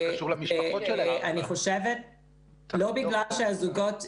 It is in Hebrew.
קשור למשפחות ----- לא בגלל שהזוגות נדחו.